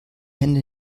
hände